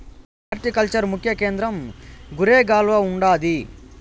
horticulture ముఖ్య కేంద్రం గురేగావ్ల ఉండాది